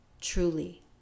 truly